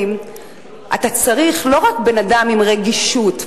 אתה צריך להיות לא רק בן-אדם עם רגישות,